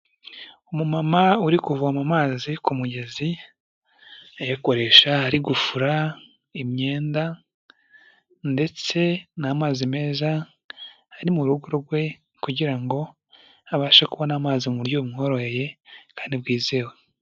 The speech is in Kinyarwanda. Umumama uri kuvoma mazi ku mugezi ayakoresha ari gufura imyenda ndetse ni amazi meza ari mu rugo rwe kugira ngo abashe kubona amazi mu buryo bumworoheye kandi bwizewe.